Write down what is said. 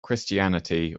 christianity